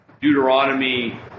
Deuteronomy